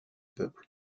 peuples